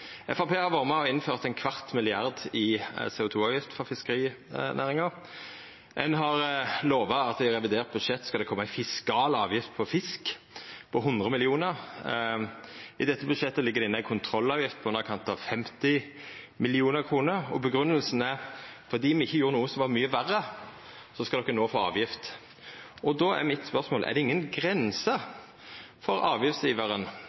Framstegspartiet har vore med på å innføra ein kvart milliard i CO 2 -avgift for fiskerinæringa. Ein har lova at det i revidert budsjett skal koma ei fiskal avgift på fisk på 100 mill. kr. I dette budsjettet ligg det inne ei kontrollavgift på i underkant av 50 mill. kr, og grunngjevinga er: Fordi me ikkje gjorde noko som var mykje verre, skal de no få ei avgift. Då er spørsmålet mitt: Er det ingen grenser for